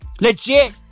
Legit